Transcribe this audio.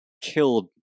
killed